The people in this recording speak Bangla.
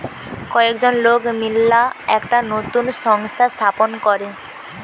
কয়েকজন লোক মিললা একটা নতুন সংস্থা স্থাপন করে